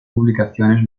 publicaciones